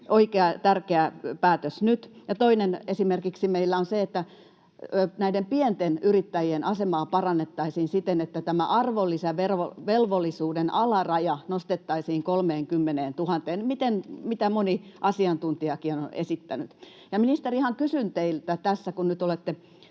toinen meillä on esimerkiksi se, että näiden pienten yrittäjien asemaa parannettaisiin siten, että tämä arvonlisäverovelvollisuuden alaraja nostettaisiin 30 000:een, mitä moni asiantuntijakin on esittänyt. Ministeri, ihan kysyn teiltä tässä, kun nyt olette